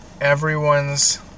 everyone's